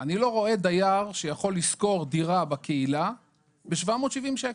אני לא רואה דייר שיכול לשכור דירה בקהילה ב-770 שקל.